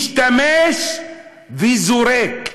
משתמש וזורק.